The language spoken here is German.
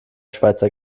schweizer